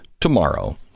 tomorrow